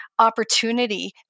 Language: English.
opportunity